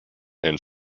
and